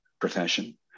profession